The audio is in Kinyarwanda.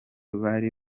bari